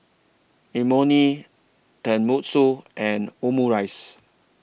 Imoni Tenmusu and Omurice